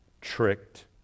tricked